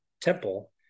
temple